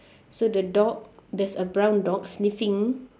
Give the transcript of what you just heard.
so the dog there's a brown dog sniffing